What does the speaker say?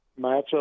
matchup